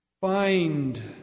Find